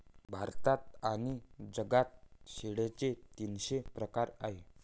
भारतात आणि जगात शेळ्यांचे तीनशे प्रकार आहेत